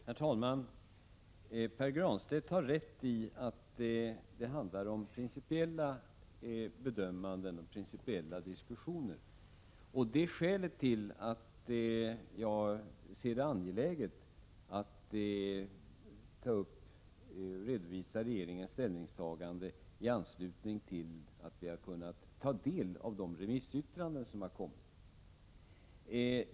Herr talman! Pär Granstedt har rätt i att det handlar om principiella bedömanden och principiella diskussioner. Detta är också skälet till att jag ser det som angeläget att redovisa regeringens ställningstagande efter det att vi har fått ta del av de remissyttranden som kommmer in.